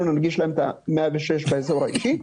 אנחנו ננגיש להם את טופס 106 באזור האישי.